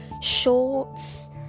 shorts